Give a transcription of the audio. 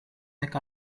nek